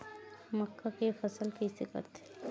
मक्का के फसल कइसे करथे?